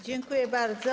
Dziękuję bardzo.